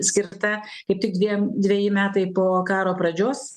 skirta kaip tik dviem dveji metai po karo pradžios